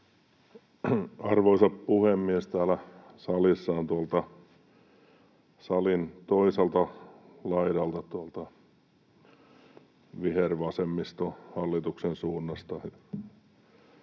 Arvoisa puhemies! Täällä salissa on tuolta salin toiselta laidalta, tuolta vihervasemmistohallituksen suunnasta,